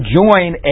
join